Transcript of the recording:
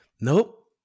Nope